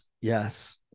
Yes